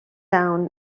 down